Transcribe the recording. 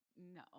No